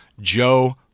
Joe